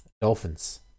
Dolphins